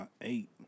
eight